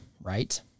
right